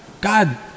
God